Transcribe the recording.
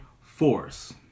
force